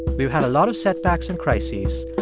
we've had a lot of setbacks and crises,